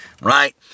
right